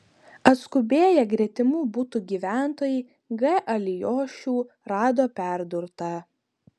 atskubėję gretimų butų gyventojai g alijošių rado perdurtą